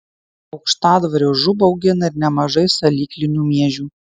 aukštadvario žūb augina ir nemažai salyklinių miežių